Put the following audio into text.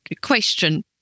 question